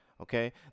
Okay